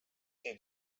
цій